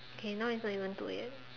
okay now is only one two A_M